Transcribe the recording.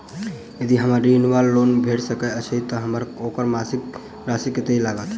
यदि हमरा ऋण वा लोन भेट सकैत अछि तऽ हमरा ओकर मासिक राशि कत्तेक लागत?